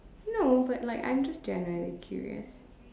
no but like I'm just generally curious